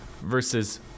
versus